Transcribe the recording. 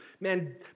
Man